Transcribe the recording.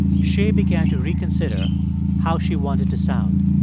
shay began to reconsider how she wanted to sound.